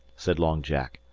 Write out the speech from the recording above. said long jack.